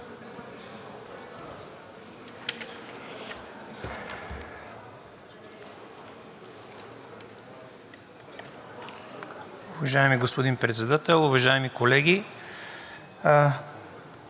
Уважаеми господин Председател! Уважаеми доктор